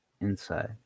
inside